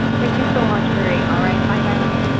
thank you so much, marie. all right, bye darling.